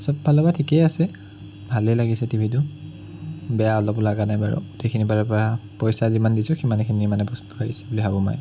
চব ফালৰ পৰা ঠিকেই আছে ভালেই লাগিছে টিভিটো বেয়া অলপো লগা নাই বাৰু গোটেইখিনি পইচা যিমান দিছো সিমানখিনিয়ে মানে বস্তু আহিছে বুলি ভাবোঁ মই